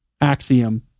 axiom